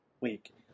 week